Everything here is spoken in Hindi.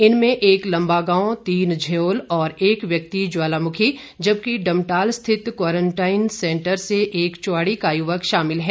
इनमें एक लम्बागांव तीन झयोल और एक व्यक्ति ज्वालामुखी जबकि डम्टाल स्थित क्वारंटाइन सेंटर से एक चुवाड़ी का युवक शामिल है